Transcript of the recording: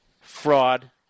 fraud